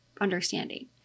understanding